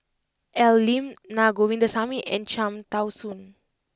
Al Lim Na Govindasamy and Cham Tao Soon